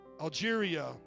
Algeria